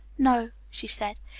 no, she said.